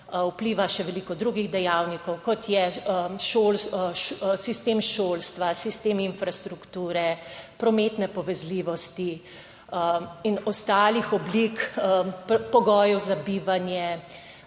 vpliva še veliko drugih dejavnikov, kot je sistem šolstva, sistem infrastrukture, prometne povezljivosti in ostalih oblik pogojev za bivanje